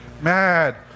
mad